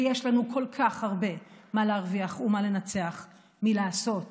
ויש לנו כל כך הרבה מה להרוויח ומה לנצח מלעשות